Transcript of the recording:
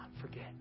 forget